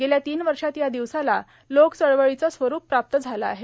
गेल्या तीन वर्षांत या दिवसाला लोकचळवळीचे स्वरुप प्राप्त झाले आहे